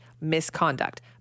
misconduct